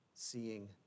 Seeing